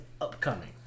upcoming